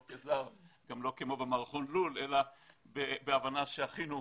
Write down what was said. לא כאל זר וגם לא כמו במערכון לול אלא בהבנה שהוא אחינו,